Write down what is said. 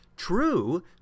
True